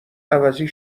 عوضی